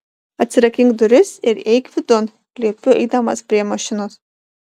atsirakink duris ir eik vidun liepiu eidamas prie mašinos